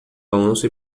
balanço